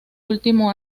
último